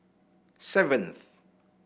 seventh